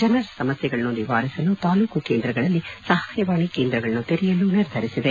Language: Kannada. ಜನರ ಸಮಸ್ಟೆಗಳನ್ನು ನಿವಾರಿಸಲು ತಾಲ್ಲೂಕು ಕೇಂದ್ರಗಳಲ್ಲಿ ಸಹಾಯವಾಣಿ ಕೇಂದ್ರಗಳನ್ನು ತೆರೆಯಲು ನಿರ್ಧಾರ ಮಾಡಿದೆ